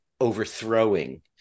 overthrowing